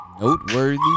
Noteworthy